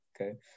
okay